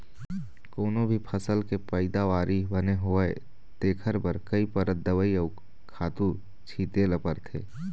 कोनो भी फसल के पइदावारी बने होवय तेखर बर कइ परत दवई अउ खातू छिते ल परथे